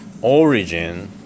origin